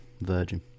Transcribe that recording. virgin